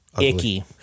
icky